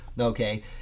okay